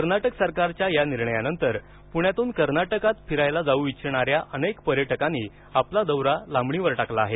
कर्नाटक सरकारच्या या निर्णयानंतर प्रण्यातून कर्नाटकात फिरायला जाऊ इच्छिणाऱ्या अनेक पर्यटकांनी आपला दौरा लांबणीवर टाकला आहे